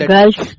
Girls